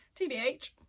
TBH